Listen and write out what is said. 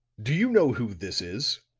do you know who this is?